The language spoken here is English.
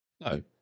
No